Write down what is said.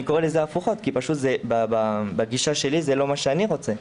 אני קורא לזה הפוכות כי פשוט בגישה שלי זה לא מה שאני רוצה,